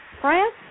France